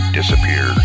disappear